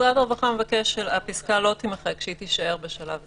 משרד הרווחה מבקש שהפסקה לא תימחק שהיא תישאר בשלב זה.